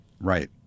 Right